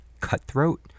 Cutthroat